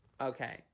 Okay